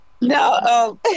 No